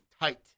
tight